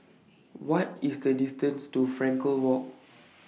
What IS The distance to Frankel Walk